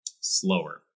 slower